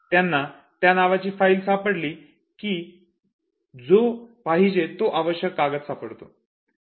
त्यांना त्या नावाची फाईल सापडली की जो पाहिजे तो आवश्यक कागद सापडतो